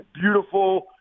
beautiful